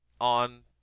on